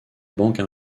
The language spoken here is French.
banque